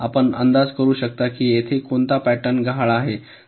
तर आपण अंदाज करू शकता की येथे कोणता पॅटर्न गहाळ आहे